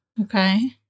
Okay